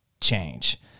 change